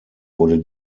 wurde